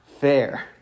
fair